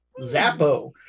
Zappo